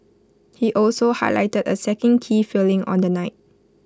he also highlighted A second key failing on the night